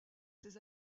ces